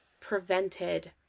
prevented